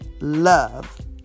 love